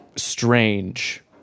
Strange